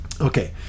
Okay